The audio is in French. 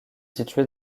située